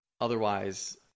Otherwise